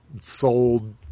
sold